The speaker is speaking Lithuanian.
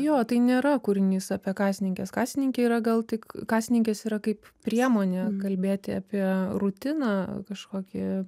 jo tai nėra kūrinys apie kasininkės kasininkė yra gal tik kasininkės yra kaip priemonė kalbėti apie rutiną kažkokį